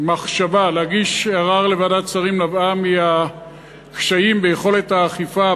המחשבה להגיש ערר לוועדת שרים נבעה מקשיים ביכולת האכיפה,